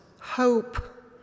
hope